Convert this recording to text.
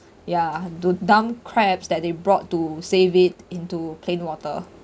ya do dump crabs that they brought to save it into plain water